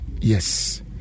Yes